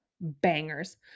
bangers